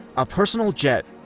a personal jet,